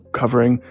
covering